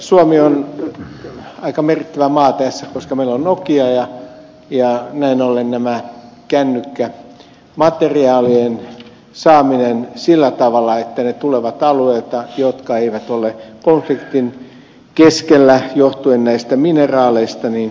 suomi on aika merkittävä maa tässä koska meillä on nokia ja näin ollen kännykkämateriaalien saaminen sillä tavalla että ne tulevat alueilta jotka eivät ole konfliktin keskellä johtuen näistä mineraaleista olisi tärkeätä